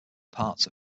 parts